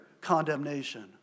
condemnation